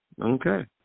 Okay